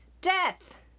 Death